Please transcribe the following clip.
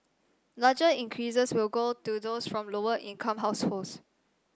larger increases will go to those from lower income households